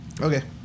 Okay